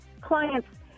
clients